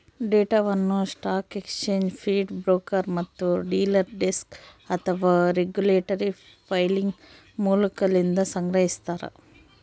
ಡೇಟಾವನ್ನು stock exchange feed broker ಮತ್ತು dealer desk ಅಥವಾ ರೆಗ್ಯುಲೇಟರಿ ಫೈಲಿಂಗ್ ಮೂಲಗಳಿಂದ ಸಂಗ್ರಹಿಸ್ತಾರ